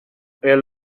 elle